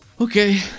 Okay